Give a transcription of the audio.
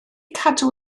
cadw